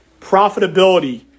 Profitability